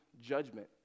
judgment